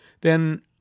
Then